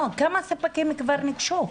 לא, כמה ספקים כבר ניגשו?